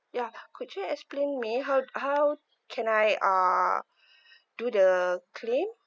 ya could you explain me how how can I uh do the claim